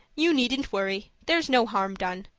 you needn't worry there's no harm done.